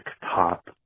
top